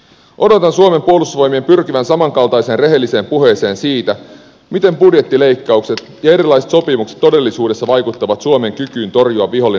odotan suomen puolustusvoimien pyrkivän samankaltaiseen rehelliseen puheeseen siitä miten budjettileikkaukset ja erilaiset sopimukset todellisuudessa vaikuttavat suomen kykyyn torjua vihollinen tulevaisuudessa